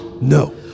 No